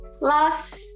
Last